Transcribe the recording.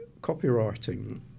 copywriting